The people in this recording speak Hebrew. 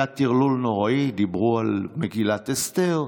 היה טרלול נוראי, דיברו על מגילת אסתר.